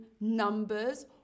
numbers